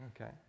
Okay